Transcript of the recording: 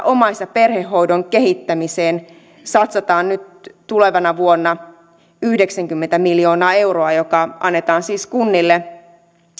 omais ja perhehoidon kehittämiseen satsataan nyt tulevana vuonna yhdeksänkymmentä miljoonaa euroa jotka annetaan siis kunnille